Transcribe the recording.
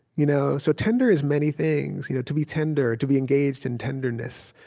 you know so tender is many things. you know to be tender, to be engaged in tenderness,